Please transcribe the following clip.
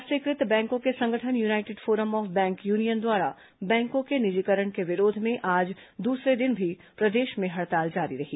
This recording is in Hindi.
राष्ट्रीयकृत बैंकों के संगठन United Forum of Bank Union द्वारा बैंकों के निजीकरण के विरोध में आज दूसरे दिन भी प्रदेश में हड़ताल जारी रही